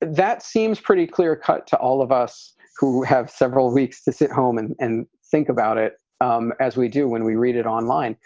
that seems pretty clear cut to all of us who have several weeks to sit home and and think about it um as we do when we read it online.